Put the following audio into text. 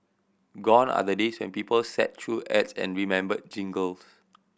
gone are the days when people sat through ads and remembered jingles